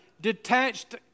detached